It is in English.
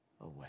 away